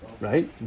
Right